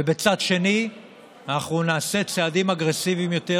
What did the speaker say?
ובצד שני אנחנו נעשה צעדים אגרסיביים יותר,